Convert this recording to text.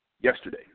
yesterday